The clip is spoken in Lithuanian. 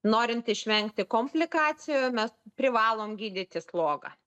norint išvengti komplikacijų mes privalom gydyti slogą